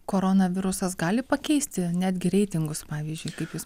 koronavirusas gali pakeisti netgi reitingus pavyzdžiui kaip jūs